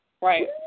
Right